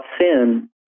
sin